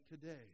today